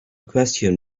question